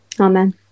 amen